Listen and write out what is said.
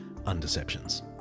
Undeceptions